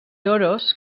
toros